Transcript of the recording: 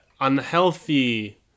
unhealthy